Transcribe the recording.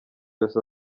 yose